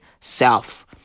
self